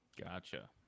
Gotcha